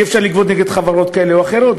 אי-אפשר לגבות מחברות כאלה או אחרות,